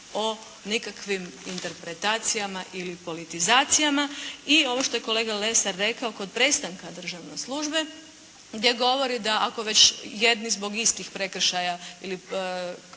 o nikakvim interpretacijama ili politizacijama. I ovo što je kolega Lesar rekao kod prestanka državne službe gdje govori da ako već jedni zbog istih prekršaja ili